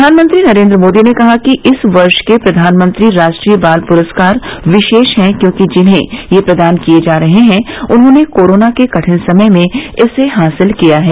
प्रधानमंत्री नरेंद्र मोदी ने कहा है कि इस वर्ष के प्रधानमंत्री राष्ट्रीय बाल पुरस्कार विशेष हैं क्योंकि जिन्हें ये प्रदान किए जा रहे हैं उन्होंने कोरोना के कठिन समय में इसे हासिल किया है